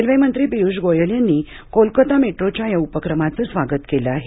रेल्वेमंत्री पीयूष गोयल यांनी कोलकाता मेट्रोच्या या उपक्रमाचे स्वागत केले आहे